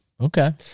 Okay